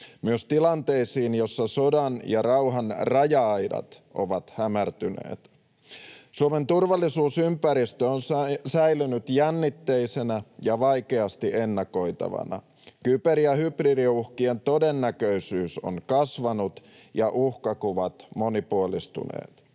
myös tilanteisiin, joissa sodan ja rauhan raja-aidat ovat hämärtyneet. Suomen turvallisuusympäristö on säilynyt jännitteisenä ja vaikeasti ennakoitavana. Kyber- ja hybridiuhkien todennäköisyys on kasvanut, ja uhkakuvat ovat monipuolistuneet.